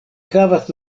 havas